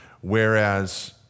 Whereas